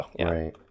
Right